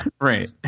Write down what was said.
Right